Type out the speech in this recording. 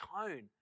tone